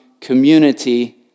community